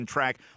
Track